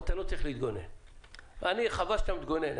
אתה לא צריך להתגונן, חבל שאתה מתגונן.